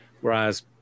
Whereas